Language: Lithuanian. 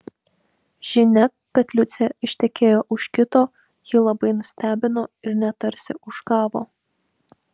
žinia kad liucė ištekėjo už kito jį labai nustebino ir net tarsi užgavo